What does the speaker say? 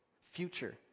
future